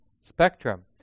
spectrum